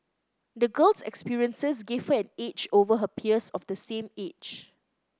the girl's experiences gave her an edge over her peers of the same age